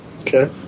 Okay